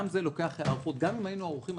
גם אם היינו ערוכים,